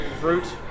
Fruit